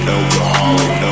Alcoholic